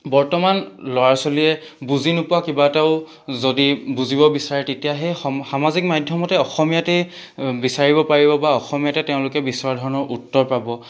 বৰ্তমান ল'ৰা ছোৱালীয়ে বুজি নোপোৱা কিবা এটাও যদি বুজিব বিচাৰে তেতিয়া সেই সমা সামাজিক মাধ্যমতে অসমীয়াতে বিচাৰিব পাৰিব বা অসমীয়াতে তেওঁলোকে বিচৰা ধৰণৰ উত্তৰ পাব